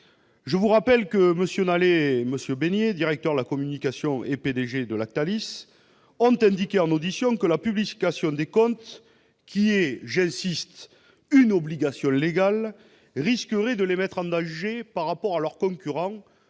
Je vous rappelle que MM. Nalet et Besnier, respectivement directeur de la communication et PDG de Lactalis, ont indiqué lors de leur audition que la publication des comptes, qui est- j'insiste -une obligation légale, risquerait de les mettre en danger face à leurs concurrents,